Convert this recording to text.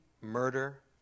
murder